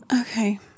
Okay